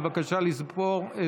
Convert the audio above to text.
בבקשה לספור.